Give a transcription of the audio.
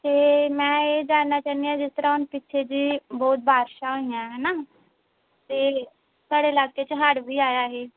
ਅਤੇ ਮੈਂ ਇਹ ਜਾਣਨਾ ਚਾਹੁੰਦੀ ਹਾਂ ਜਿਸ ਤਰ੍ਹਾਂ ਹੁਣ ਪਿੱਛੇ ਜਿਹੇ ਬਹੁਤ ਬਾਰਿਸ਼ਾ ਹੋਈਆਂ ਹੈ ਨਾ ਅਤੇ ਤੁਹਾਡੇ ਇਲਾਕੇ 'ਚ ਹੜ੍ਹ ਵੀ ਆਇਆ ਸੀ